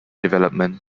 development